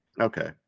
Okay